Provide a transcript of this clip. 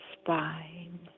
spine